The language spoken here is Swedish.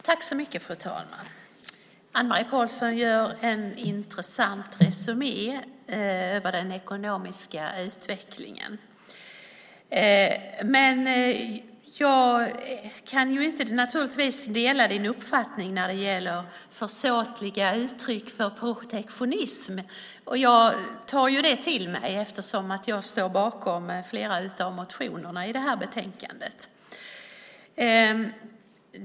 Fru talman! Anne-Marie Pålsson gör en intressant resumé över den ekonomiska utvecklingen. Men jag kan naturligtvis inte dela hennes uppfattning när det gäller försåtliga uttryck för protektionism. Jag tar detta till mig eftersom jag står bakom flera av motionerna i detta betänkande.